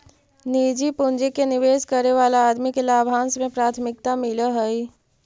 निजी पूंजी के निवेश करे वाला आदमी के लाभांश में प्राथमिकता मिलऽ हई